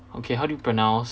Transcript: okay how do you pronounce